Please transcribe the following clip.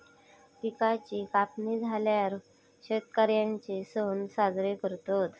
पिकांची कापणी झाल्यार शेतकर्यांचे सण साजरे करतत